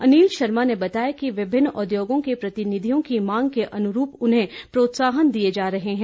अनिल शर्मा ने बताया कि विभिन्न उद्योगों के प्रतिनिधियों की मांग के अनुरूप उन्हें प्रोत्साहन दिए जा रहे हैं